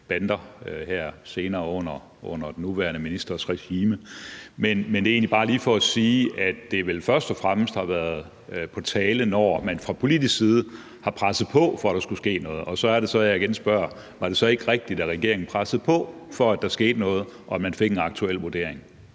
bander her senere under den nuværende ministers regime. Men det er egentlig bare lige for at sige, at det vel først og fremmest har været på tale, når man fra politisk side har presset på, for at der skulle ske noget, og så er det så, jeg igen spørger: Var det så ikke rigtigt, at regeringen pressede på, så der skete noget og man fik en aktuel vurdering?